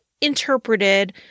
interpreted